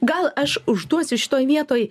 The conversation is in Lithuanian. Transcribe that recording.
gal aš užduosiu šitoj vietoj